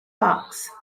parks